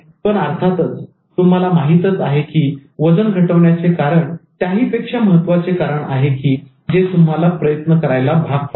पण अर्थातच तुम्हाला माहीतच आहे की वजन घटवण्याचे कारण त्याहीपेक्षा महत्त्वाचे कारण आहे की जे तुम्हाला प्रयत्न करायला भाग पाडते